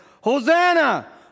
Hosanna